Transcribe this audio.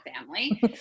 family